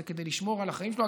זה כדי לשמור על החיים שלו.